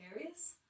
areas